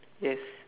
yes